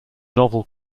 novel